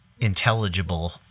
intelligible